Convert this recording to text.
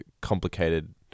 complicated